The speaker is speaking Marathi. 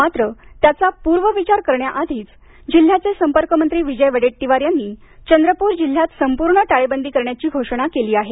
मात्र त्याचा पूर्वविचार करण्याआधीच जिल्ह्याचे संपर्कमंत्री विजय वडेट्टीवार यांनी चंद्रपूर जिल्ह्यात उद्यापासून संपूर्ण टाळेबंदी करण्याची घोषणा केली आहे